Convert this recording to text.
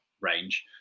range